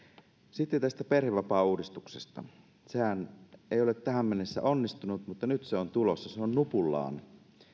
sitten tästä perhevapaauudistuksesta sehän ei ole tähän mennessä onnistunut mutta nyt se on tulossa se on nupullaan